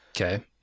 okay